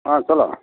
ஆ சொல்லுங்கள்